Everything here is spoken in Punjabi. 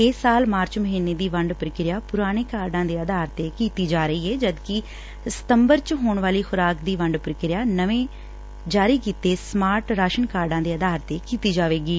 ਇਸ ਸਾਲ ਮਾਰਚ ਮਹੀਨੇ ਦੀ ਵੰਡ ਪ੍ਕਿਰਿਆ ਪੁਰਾਣੇ ਕਾਰਡਾਂ ਦੇ ਆਧਾਰ ਤੇ ਕੀਤੀ ਜਾ ਰਹੀ ਏ ਜਦਕਿ ਸਤੰਬਰ ਚ ਹੋਣੀ ਵਾਲੀ ਖੁਰਾਕ ਦੀ ਵੰਡ ਪ੍ਰਕਿਰਿਆ ਨਵੇਂ ਜਾਰੀ ਕੀਤੇ ਸਮਾਰਟ ਰਾਸ਼ਨ ਕਾਰਡਾਂ ਦੇ ਆਧਾਰ ਤੇ ਕੀਤੀ ਜਾਵੇਗੀ